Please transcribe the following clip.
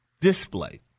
display